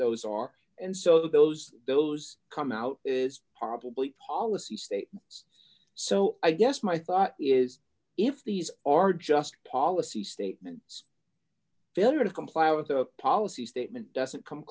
those are and so those those come out is probably policy statements so i guess my thought is if these are just policy statements failure to comply with a policy statement doesn't come